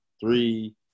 Three